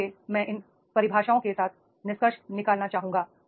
इसलिए मैं इन परिभाषाओं के साथ निष्कर्ष निकालना चाहूंगा